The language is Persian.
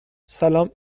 سلام